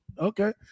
okay